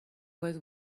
was